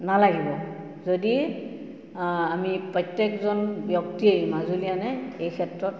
নালাগিব যদি আমি প্ৰত্যেকজন ব্যক্তিয়েই মাজুলীয়ানে এই ক্ষেত্ৰত